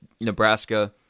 Nebraska